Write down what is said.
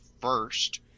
first